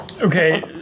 Okay